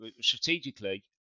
strategically